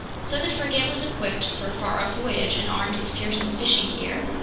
so the frigate was equipped for a far-off voyage and armed with fearsome fishing gear,